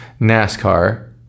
NASCAR